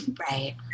Right